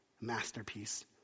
masterpiece